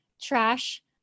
trash